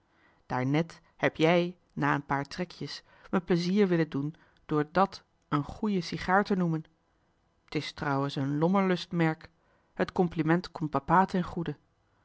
opvattingen daarnet heb jij na een paar trekjes me plezier willen doen door dàt een goeie sigaar te noemen t is trouwens en lommerlust merk t compliment komt papa ten goede